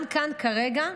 גם כאן כרגע,